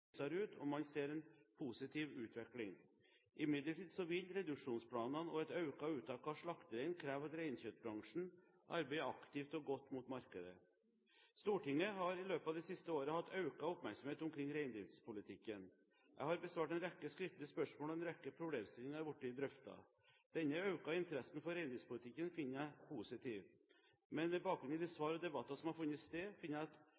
og man ser en positiv utvikling. Imidlertid vil reduksjonsplanene og et økt uttak av slakterein kreve at reinkjøttbransjen arbeider aktivt og godt mot markedet. Stortinget har i løpet av det siste året hatt økt oppmerksomhet omkring reindriftspolitikken. Jeg har besvart en rekke skriftlige spørsmål, og en rekke problemstillinger er blitt drøftet. Denne økte interessen for reindriftspolitikken finner jeg positiv. Men med bakgrunn i svarene og de debatter som har funnet sted, finner jeg